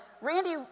Randy